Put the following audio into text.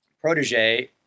protege